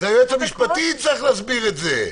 היועץ המשפטי יצטרך להסביר את זה.